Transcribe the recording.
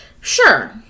sure